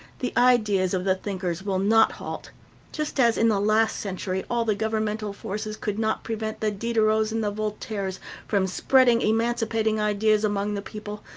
the ideas of the thinkers will not halt just as, in the last century, all the governmental forces could not prevent the diderots and the voltaires from spreading emancipating ideas among the people,